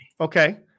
Okay